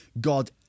God